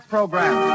Program